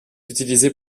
utilisé